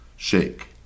Shake